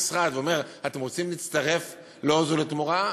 המשרד היה אומר: אתם רוצים להצטרף ל"עוז לתמורה"?